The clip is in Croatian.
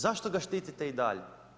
Zašto ga štitite i dalje.